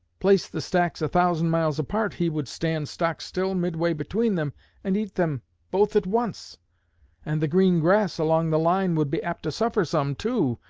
place the stacks a thousand miles apart, he would stand stock-still midway between them and eat them both at once and the green grass along the line would be apt to suffer some, too,